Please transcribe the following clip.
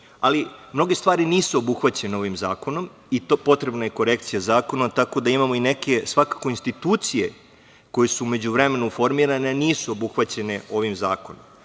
ali mnoge stvari nisu obuhvaćene ovim zakonom. Potrebna je korekcija zakona. Tako da imamo i neke, svakako institucije koje su u međuvremenu formirane, a nisu obuhvaćene ovim zakonom. Dakle,